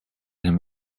him